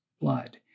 blood